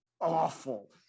awful